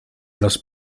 los